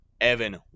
Evan